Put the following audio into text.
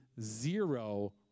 zero